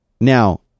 Now